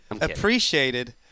appreciated